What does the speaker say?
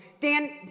Dan